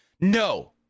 No